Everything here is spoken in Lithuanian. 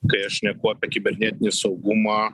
kai aš šneku apie kibernetinį saugumą